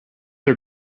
are